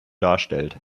darstellt